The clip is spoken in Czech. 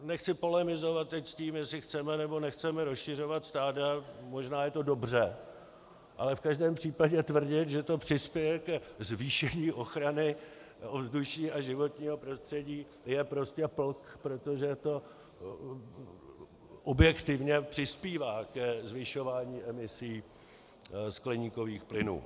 Nechci teď polemizovat s tím, jestli chceme, nebo nechceme rozšiřovat stáda, možná je to dobře, ale v každém případě tvrdit, že to přispěje ke zvýšení ochrany ovzduší a životního prostředí, je prostě plk, protože to objektivně přispívá ke zvyšování emisí skleníkových plynů.